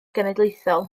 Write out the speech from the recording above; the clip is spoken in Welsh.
genedlaethol